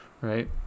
right